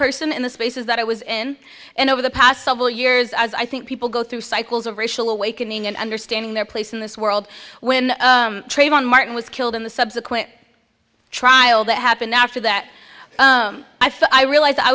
person in the spaces that i was in and over the past several years as i think people go through cycles of racial awakening and understanding their place in this world when trayvon martin was killed in the subsequent trial that happened after that i thought i realized i